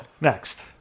next